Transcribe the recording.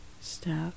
step